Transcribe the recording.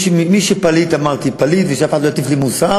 מי שפליט, אמרתי, פליט, ושאף אחד לא יטיף לי מוסר.